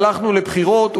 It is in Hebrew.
הלכנו לבחירות,